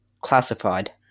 classified